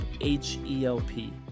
H-E-L-P